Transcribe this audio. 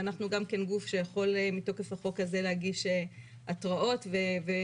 אנחנו גם כן גוף שיכול מתוקף החוק הזה להגיש התראות ועתירות